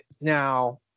now